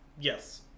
Yes